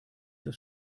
das